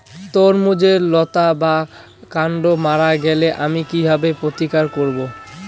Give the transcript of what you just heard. তরমুজের লতা বা কান্ড মারা গেলে আমি কীভাবে প্রতিকার করব?